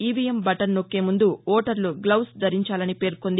EVM button నొక్కే ముందు ఓటర్ల గ్లవ్స్ ధరించాలని పేర్కొంది